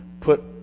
put